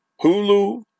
Hulu